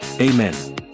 Amen